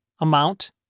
amount